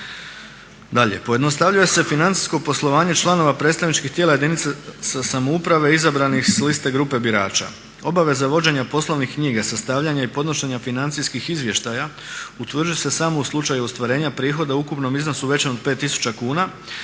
Dalje, pojednostavljuje se financijsko poslovanje članova predstavničkih tijela jedinice samouprave izabranih s liste grupe birača. Obaveza vođenja poslovnih knjiga, sastavljanja i podnošenja financijskih izvještaja utvrđuje se samo u slučaju ostvarenja prihoda u ukupnom iznosu većem od 5000 kuna